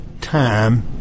time